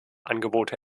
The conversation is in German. angebote